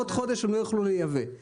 עוד חודש הם לא יוכלו לייבא.